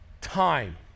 time